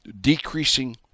decreasing